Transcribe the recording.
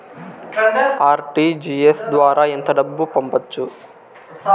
RTGS ద్వారా ఎంత డబ్బు పంపొచ్చు?